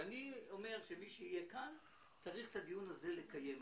מי שיהיה כאן יהיה צריך את הדיון הזה לקיים.